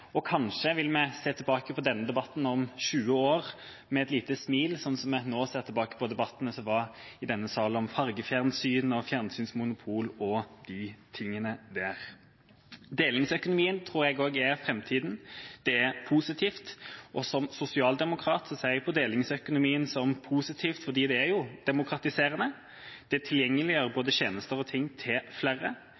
og kanskje vil vi se tilbake på denne debatten om 20 år med et lite smil, slik vi nå ser tilbake på debattene som var i denne salen om fargefjernsyn og fjernsynsmonopol og disse tingene. Delingsøkonomien tror også jeg er framtida. Det er positivt, og som sosialdemokrat ser jeg på delingsøkonomien som positiv fordi det er demokratiserende, det tilgjengeliggjør